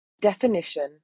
Definition